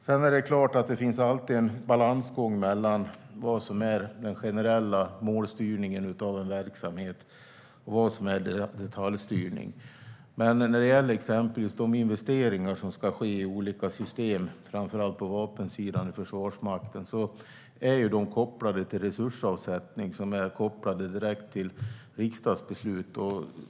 Sedan är det klart att det alltid finns en balansgång mellan vad som är den generella målstyrningen av en verksamhet och vad som är detaljstyrning. Men när det gäller exempelvis de investeringar som ska ske i olika system inom Försvarsmakten, framför allt på vapensidan, är de kopplade till resursavsättning som i sin tur är direkt kopplad till riksdagsbeslut.